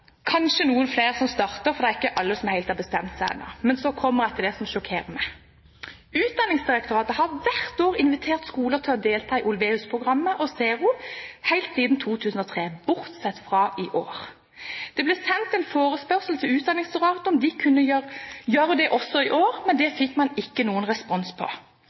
kanskje noen flere, som starter, for det er ikke alle som helt har bestemt seg ennå. Men så kommer jeg til det som sjokkerer meg: Helt siden 2003, bortsett fra i år, har Utdanningsdirektoratet hvert år invitert skolene til å delta i Olweus-programmet og Zero. Det ble sendt en forespørsel til Utdanningsdirektoratet om de kunne gjøre det også i år, men det fikk man ikke noen respons på.